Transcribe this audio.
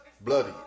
bloody